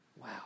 Wow